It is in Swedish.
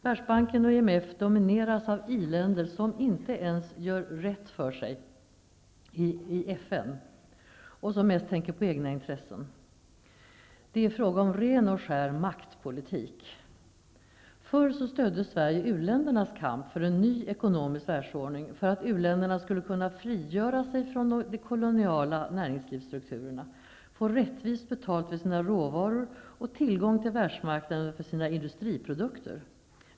Världsbanken och IMF domineras av iländer som inte ens gör rätt för sig i FN och som mest tänker på egna intressen. Det är fråga om ren och skär maktpolitik. Förr stödde Sverige u-ländernas kamp för en ny ekonomisk världsordning för att u-länderna skulle kunna frigöra sig från den koloniala näringslivsstrukturen, få rättvist betalt för sina råvaror och tillgång till världsmarknaden för sina industriprodukter.